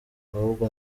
ahubwo